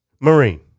Marine